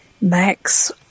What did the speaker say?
Max